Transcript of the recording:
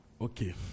Okay